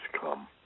come